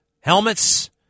helmets